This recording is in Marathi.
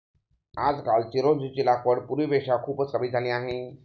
आजकाल चिरोंजीची लागवड पूर्वीपेक्षा खूपच कमी झाली आहे